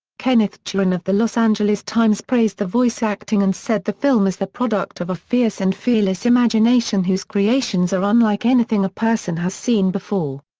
kenneth turan of the los angeles times praised the voice acting and said the film is the product of a fierce and fearless imagination whose creations are unlike anything a person has seen before.